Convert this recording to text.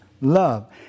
love